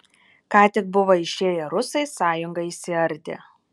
ką tik buvo išėję rusai sąjunga išsiardė